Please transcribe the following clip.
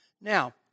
Now